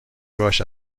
باش